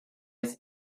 its